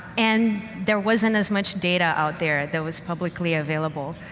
and there wasn't as much data out there that was publicly available.